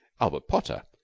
albert potter,